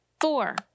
four